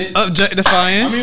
objectifying